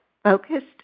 Focused